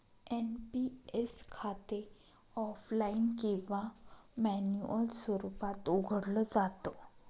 NPS खाते offline किंवा manual स्वरूपात उघडलं जात